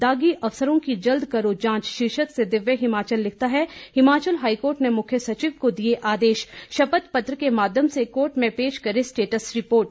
दागी अफसरों की जल्द करो जांच शीर्षक से दिव्य हिमाचल लिखता है हिमाचल हाईकोर्ट ने मुख्य सचिव को दिए आदेश शपथ पत्र के माध्यम से कोर्ट में पेश करें स्टेटस रिपोर्ट